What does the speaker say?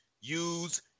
use